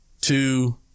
two